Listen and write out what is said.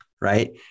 right